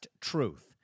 truth